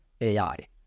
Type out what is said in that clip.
AI